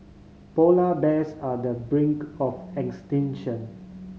polar bears are the brink of extinction